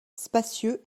spacieux